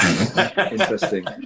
Interesting